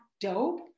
dope